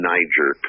Niger